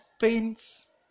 paints